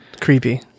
Creepy